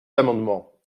l’amendement